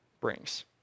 brings